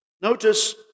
Notice